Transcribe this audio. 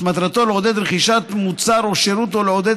שמטרתו לעודד רכישת מוצר או שירות או לעודד